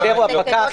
שוטר או פקח,